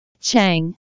Chang